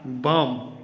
बाम